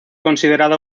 considerada